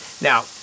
Now